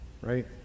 Right